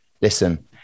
listen